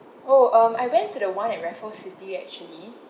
oh um I went to the one at raffles city actually